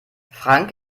frank